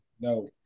No